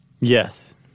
Yes